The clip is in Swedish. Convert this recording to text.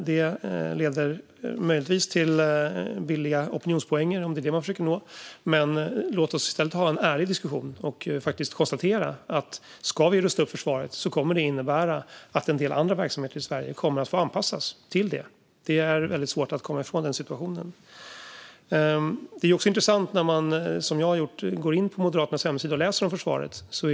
Det leder möjligtvis till billiga opinionspoänger, om det är vad man försöker uppnå. Låt oss i stället ha en ärlig diskussion och konstatera att ska vi rusta upp försvaret kommer det att innebära att en del andra verksamheter i Sverige kommer att få anpassas till det. Det är väldigt svårt att komma ifrån den situationen. Det är också intressant när man gör som jag har gjort och går in på Moderaternas hemsida och läser om försvaret.